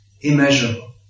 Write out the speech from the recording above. immeasurable